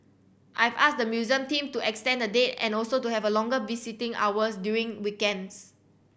I've asked the museum team to extend the date and also to have a longer visiting hours during weekends